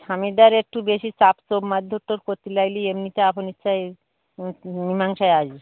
স্বামীটার একটু বেশি চাপচোপ মার ধোর তোর করতে লাগলে এমনিতে আপন ইচ্ছায় মিমাংশায় আসবে